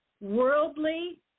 worldly